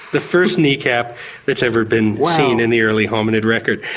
the first kneecap that's ever been seen in the early hominid record.